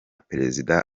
perezida